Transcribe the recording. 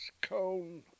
cone